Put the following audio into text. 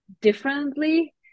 differently